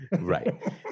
Right